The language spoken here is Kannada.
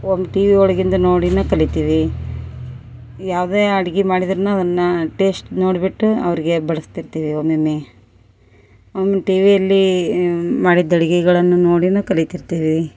ಒಮ್ಮೆ ಟಿವಿ ಒಳಗಿಂದ ನೋಡಿನ ಕಲಿತೀವಿ ಯಾವುದೇ ಅಡಿಗಿ ಮಾಡಿದರೂನು ನಾವು ಅದನ್ನ ಟೇಸ್ಟ್ ನೋಡ್ಬಿಟ್ಟು ಅವ್ರಿಗೆ ಬಡಸ್ತಿರ್ತೀವಿ ಒಮ್ಮೊಮ್ಮೆ ಒಮ್ಮೆ ಟಿವಿಯಲ್ಲೀ ಮಾಡಿದ ಅಡಿಗಿಗಳನ್ನು ನೋಡಿನ ಕಲಿತಿರ್ತೀವಿ